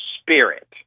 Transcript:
spirit